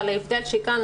אבל ההבדל שכאן,